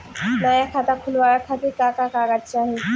नया खाता खुलवाए खातिर का का कागज चाहीं?